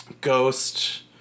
ghost